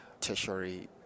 tertiary